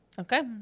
okay